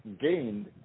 gained